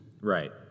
Right